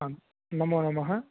नमो नमः